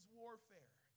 warfare